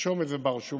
לרשום את זה ברשומות,